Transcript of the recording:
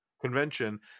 convention